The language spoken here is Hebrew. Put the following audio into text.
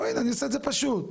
אני עושה את זה פשוט.